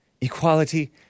Equality